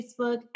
Facebook